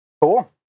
Cool